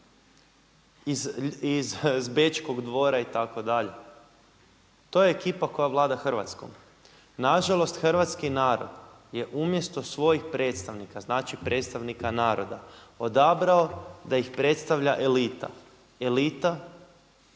iz Bečkog dvora itd. To je ekipa koja vlada Hrvatskom. Na žalost hrvatski narod je umjesto svojih predstavnika, znači predstavnika naroda odabrao da ih predstavlja elita, elita